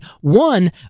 one